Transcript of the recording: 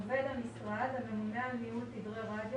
"עובד המשרד הממונה על ניהול תדרי רדיו